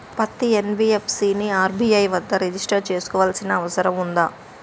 పత్తి ఎన్.బి.ఎఫ్.సి ని ఆర్.బి.ఐ వద్ద రిజిష్టర్ చేసుకోవాల్సిన అవసరం ఉందా?